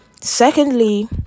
Secondly